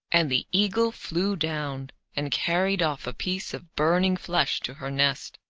and the eagle flew down and carried off a piece of burning flesh to her nest.